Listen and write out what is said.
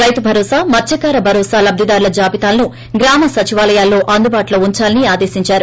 రైతు భరోసా మత్స్కార భరోసా లబ్దిదారుల జాబితాలను గ్రామ సచివాలయాల్లో అందుబాటులో ఉందాలని ఆదేశిందారు